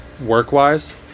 work-wise